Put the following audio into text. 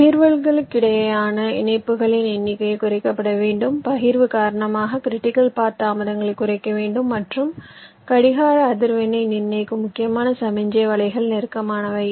பகிர்வுகளுக்கிடையேயான இணைப்புகளின் எண்ணிக்கை குறைக்கப்பட வேண்டும் பகிர்வு காரணமாக கிரிட்டிக்கல் பாத் தாமதங்களை குறைக்க வேண்டும் மற்றும் கடிகார அதிர்வெண்ணை நிர்ணயிக்கும் முக்கியமான சமிக்ஞை வலைகள் நெருக்கடியானவை